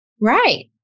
Right